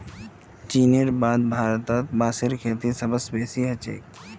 चीनेर बाद भारतत बांसेर खेती सबस बेसी ह छेक